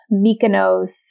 Mykonos